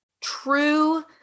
true